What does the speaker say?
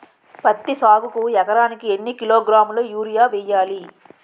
పత్తి సాగుకు ఎకరానికి ఎన్నికిలోగ్రాములా యూరియా వెయ్యాలి?